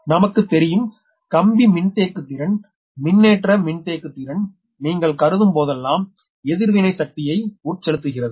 நமக்கு தெரியும் கம்பி மின்தேக்குத்திறன் மின்னேற்ற மின்தேக்குத்திறன் நீங்கள் கருதும் போதெல்லாம் எதிர்வினை சக்தியை உட்செலுத்துகிறது